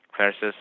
versus